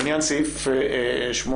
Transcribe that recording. לעניין סעיף 8,